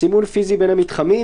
סימון פיזי בין המתחמים,